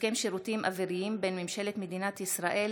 הסכם שירותים אוויריים בין ממשלת מדינת ישראל